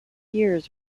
years